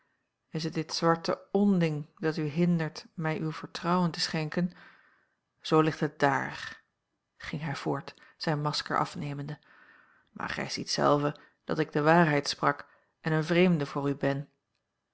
is het dit zwarte onding dat u hindert mij uw vertrouwen te schenken zoo ligt het dààr ging hij voort zijn masker afnemende maar gij ziet zelve dat ik de waarheid sprak en een vreemde voor u ben